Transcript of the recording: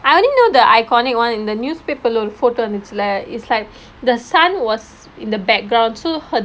I only know the iconic [one] in the newspaper leh ஒரு:oru photo வந்திச்சு:vanthuchchu leh is like the sun was in the background so her